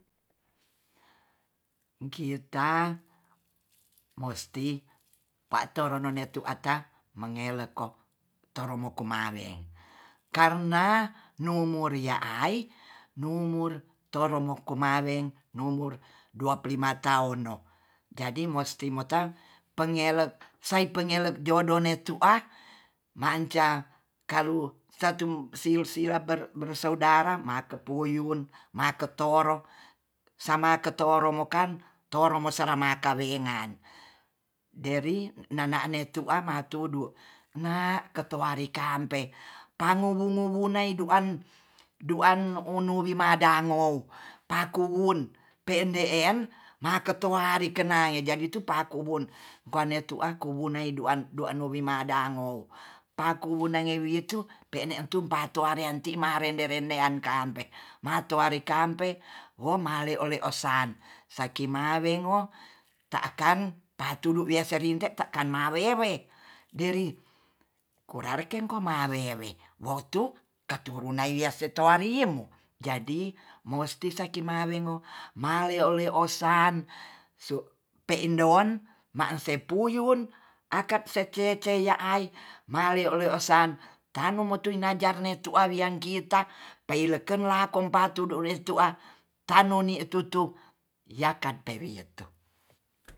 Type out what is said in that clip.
Kita mosti pateren ne mu ata mengeleko toro moko maren karna numurya ai numur toro moko maweng numur dua puluh lima tahun no jadi mosti mota pengele sai pengelek jodoh ne tu'a manca kalu satu silsilah per bersaudarah makepuyun make toro sama ketoromokan toto mo semakan wengan deri nana be tu a matu du na keteari kampe pamu wumu-wunai duan-duan punu wimadangou pakuwun pe'en de'en maketoari kenai jaditu pakuwun gane tua kuwun duan duan wimadangou pakuwu nangewitu pe'ne tupa reanti marende-rendean kampe matoare kampe o male leosan saki mawengo ta'akan patudu weserinte takamarere deri korareken komarerewe wotu katurunai weasotairimu jadi mosti saki mawengo maleo-leosan su pe'doan ma sepuyun akat secece ya'ai male-leo esan tanom motuin jarne tua wian kita peileken lako patudu we tua tanoni tutu yakat pewitu